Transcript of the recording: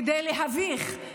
כדי להביך.